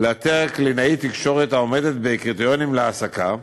לאתר קלינאית תקשורת העומדת בקריטריונים להעסקה.